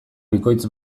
bikoitz